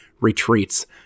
retreats